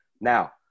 Now